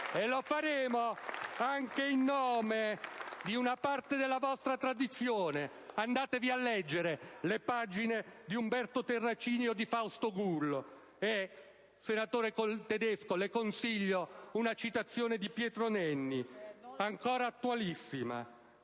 Lo faremo anche in nome di una parte della vostra tradizione. Andate a leggere le pagine di Umberto Terracini o di Fausto Gullo. Senatore Tedesco, le consiglio una citazione di Pietro Nenni, ancora attualissima: